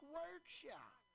workshop